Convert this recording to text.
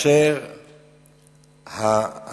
ממשלת ישראל.